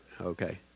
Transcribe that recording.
okay